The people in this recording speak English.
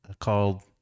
called